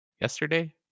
yesterday